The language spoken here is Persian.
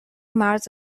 مرز